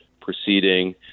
proceeding